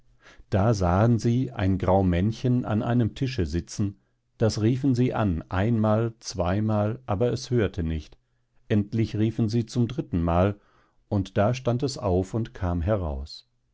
da sahen sie ein grau männchen an einem tische sitzen das riefen sie an einmal zweimal aber es hörte nicht endlich riefen sie zum drittenmal und da stand es auf und kam heraus